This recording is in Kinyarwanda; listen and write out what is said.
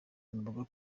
ingamba